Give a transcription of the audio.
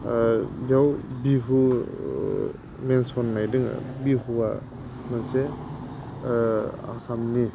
बेयाव बिहु मेनसन होनाय दङ बिहुआ मोनसे आसामनि